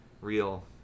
real